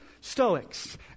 Stoics